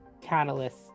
catalyst